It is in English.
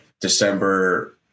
December